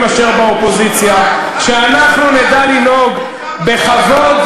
עדיף להיות באופוזיציה מאשר שר לכלום כמוך.